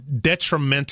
detrimental